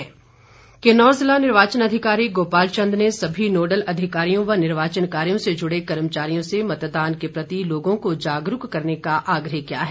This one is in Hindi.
किन्नौर चुनाव किन्नौर जिला निर्वाचन अधिकारी गोपाल चंद ने सभी नोडल अधिकारियों व निर्वाचन कार्यों से जुड़े कर्मचारियों से मतदान के प्रति लोगों को जागरूक करने का आग्रह किया है